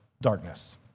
darkness